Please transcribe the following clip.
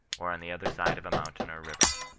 or on the other side of a mountain or river.